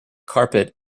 carpet